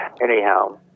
anyhow